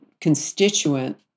constituent